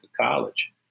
college